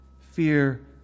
Fear